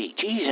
Jesus